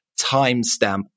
timestamp